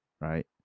right